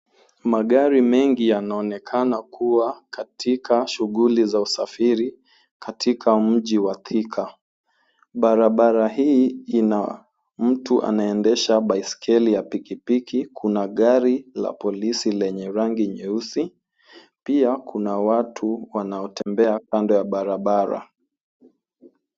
Magari mengi yanaonekana kuwa katika shughuli za usafiri katika mji wa Thika. Barabara hii ina mtu anayeendesha baiskeli ya piki piki. Kuna gari ya polisi lenye rangi nyeusi. Pia, kuna watu wanaotembea kando ya barabara.